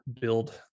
build